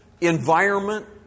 environment